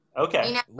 Okay